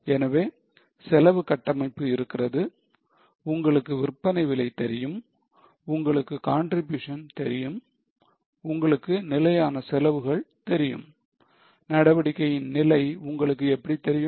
எனவே செலவு கட்டமைப்பு இருக்கிறது உங்களுக்கு விற்பனை விலை தெரியும் உங்களுக்கு contribution தெரியும் உங்களுக்கு நிலையான செலவுகள் தெரியும் நடவடிக்கையின் நிலை உங்களுக்கு எப்படி தெரியும்